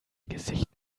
gesicht